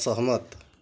असहमत